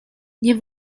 nie